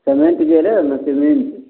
cement जे ऐले हँ ने सीमेण्ट